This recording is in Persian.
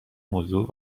موضوع